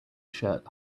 shirt